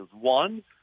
One